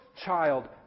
child